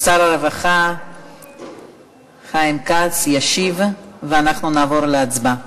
שר הרווחה חיים כץ ישיב, ואנחנו נעבור להצבעה.